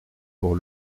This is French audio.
pour